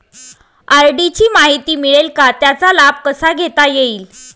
RD ची माहिती मिळेल का, त्याचा लाभ कसा घेता येईल?